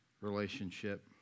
relationship